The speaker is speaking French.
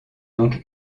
donc